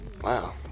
Wow